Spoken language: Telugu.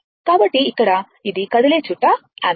కాబట్టి ఇక్కడ ఇది కదిలే చుట్ట ని కలిగిన అమ్మీటర్